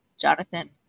Jonathan